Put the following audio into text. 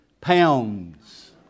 pounds